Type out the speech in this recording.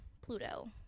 pluto